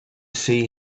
see